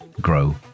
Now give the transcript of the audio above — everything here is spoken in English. grow